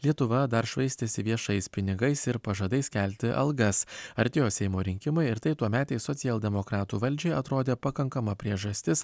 lietuva dar švaistėsi viešais pinigais ir pažadais kelti algas artėjo seimo rinkimai ir tai tuometei socialdemokratų valdžiai atrodė pakankama priežastis